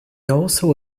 also